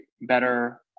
better